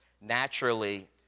naturally